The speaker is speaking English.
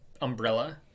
umbrella